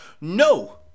No